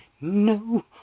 No